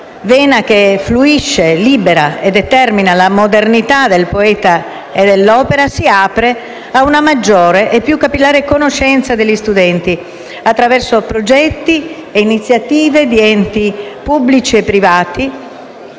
vena che fluisce libera e determina la modernità del poeta e dell'opera, si apre a una maggiore e più capillare conoscenza degli studenti, attraverso progetti e iniziative di enti pubblici e privati,